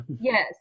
Yes